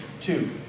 Two